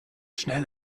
schnell